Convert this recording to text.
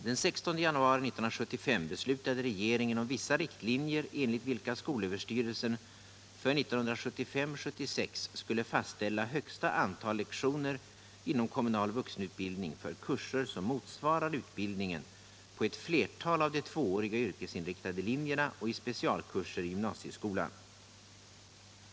Den 16 januari 1975 beslutade regeringen om vissa riktlinjer, enligt vilka skolöverstyrelsen för 1975/76 skulle fastställa högsta antal lektioner inom kommunal vuxenutbildning för kurser som motsvarar utbildningen på ett flertal av de tvååriga yrkesinriktade linjerna och i specialkurser i gymnasieskolan.